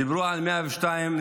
דיברו על 102 נרצחים.